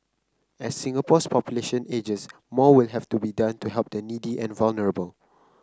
as Singapore's population ages more will have to be done to help the needy and vulnerable